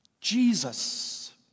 Jesus